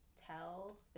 tell